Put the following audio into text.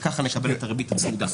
וככה נקבל את הריבית הצמודה.